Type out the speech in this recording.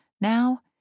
now